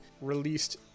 released